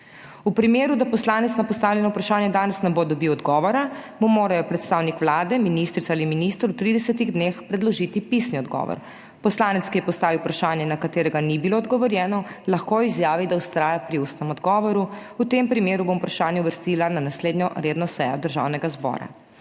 V primeru, da poslanec na postavljeno vprašanje danes ne bo dobil odgovora, mu morajo predstavnik Vlade, ministrica ali minister v 30 dneh predložiti pisni odgovor. Poslanec, ki je postavil vprašanje, na katerega ni bilo odgovorjeno, lahko izjavi, da vztraja pri ustnem odgovoru. V tem primeru bom vprašanje uvrstila na naslednjo redno sejo Državnega zbora.